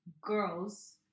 girls